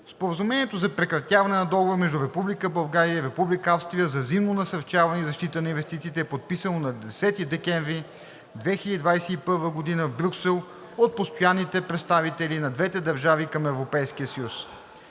Споразумението за прекратяване на Договора между Република България и Република Австрия за взаимно насърчаване и защита на инвестициите е подписано на 10 декември 2021 г. в Брюксел от постоянните представители на двете държави към Европейския съюз.